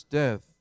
death